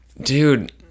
Dude